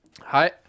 Hi